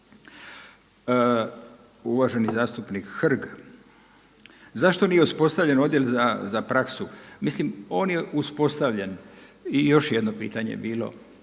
Uvaženi zastupnik Hrg, zašto nije uspostavljen odjel za praksu? Mislim on je uspostavljen. I još je jedno pitanje bilo,